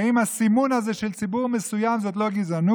האם הסימון הזה של ציבור מסוים זאת לא גזענות?